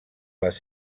les